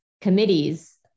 committees